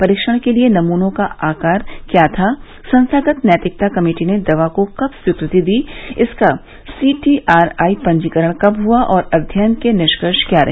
परीक्षण के लिए नमूने का आकार क्या था संस्थागत नैतिकता कमेटी ने दवा को कब स्वीकृति दी इसका सीटीआरआई पंजीकरण कब हुआ और अध्ययन के निष्कर्ष क्या रहे